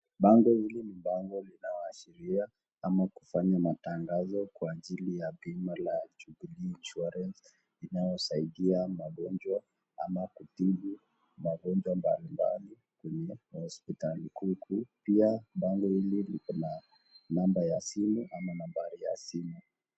Bango hili ni bango linaloashiria ama kufanya matangazo kwa ajili ya bima ya [jubilee insurance], inayosaidia wagonjwa, ama kutibu magonjwa mbalimbali kwenye hospitali hio kuu, pia bango hili iko na namba ya simu, namba ya nambari ya simu.